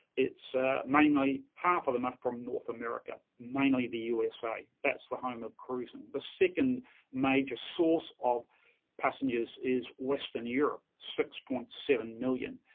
it's mainly half of them up from north america, mainly the usa, that's the home of cruising. the second major source of passengers is western europe, six point seven million.